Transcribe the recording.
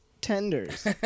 tenders